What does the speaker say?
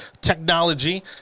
technology